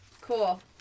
cool